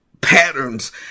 patterns